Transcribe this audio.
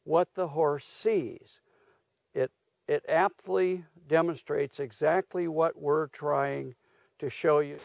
what the horse see it it aptly demonstrates exactly what we're trying to show you